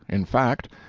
in fact,